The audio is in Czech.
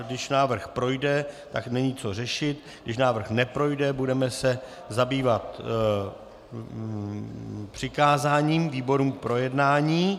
Když návrh projde, tak není co řešit, když návrh neprojde, budeme se zabývat přikázáním výborům k projednání.